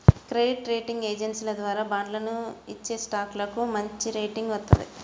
credit rating ఏజెన్సీల ద్వారా బాండ్లను ఇచ్చేస్టాక్లకు మంచిరేటింగ్ వత్తది